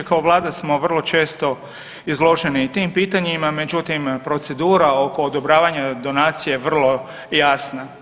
Kao Vlada smo vrlo često izloženi i tim pitanjima, međutim, procedura oko odobravanja donacije je vrlo jasna.